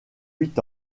huit